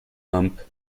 hump